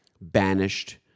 banished